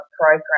program